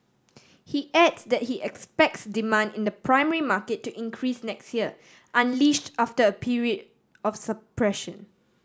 he adds that he expects demand in the primary market to increase next year unleashed after a period of suppression